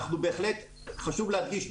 חשוב להדגיש.